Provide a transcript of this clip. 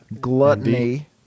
Gluttony